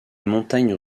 montagnes